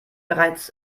bereits